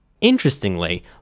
Interestingly